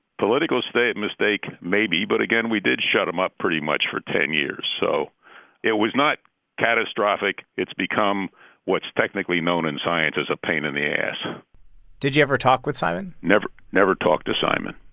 political mistake maybe. but, again, we did shut him up pretty much for ten years. so it was not catastrophic. it's become what's technically known in science as a pain in the ass did you ever talk with simon? never never talked to simon,